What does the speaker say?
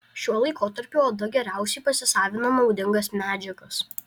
šiuo laikotarpiu oda geriausiai pasisavina naudingas medžiagas